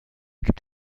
gibt